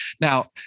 Now